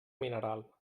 mineral